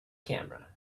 camera